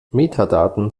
metadaten